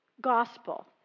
Gospel